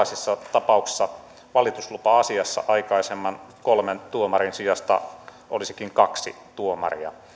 niin tällaisissa tapauksissa valituslupa asiassa aikaisemman kolmen tuomarin sijasta olisikin kaksi tuomaria